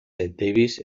davis